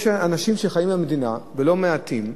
יש אנשים שחיים במדינה, ולא מעטים,